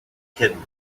hidden